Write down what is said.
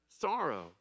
Sorrow